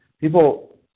people